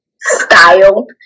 Style